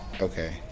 Okay